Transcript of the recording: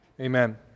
Amen